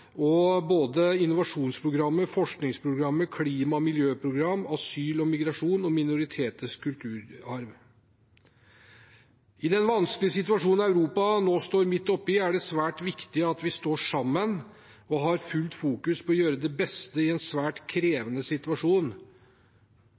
både innovasjonsprogram, forskningsprogram, klima- og miljøprogram, asyl og migrasjon og minoriteters kulturarv. I den vanskelige situasjonen Europa nå står midt oppe i, er det svært viktig at vi står sammen og har fullt fokus på å gjøre det beste i en svært